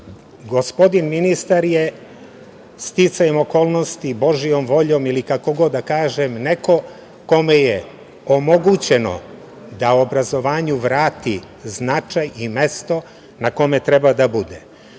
ima. Gospodin ministar je, sticajem okolnosti, Božijom voljom ili kako god da kažem, neko kome je omogućeno da obrazovanju vrati značaj i mesto na kome treba da bude.